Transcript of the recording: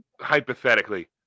hypothetically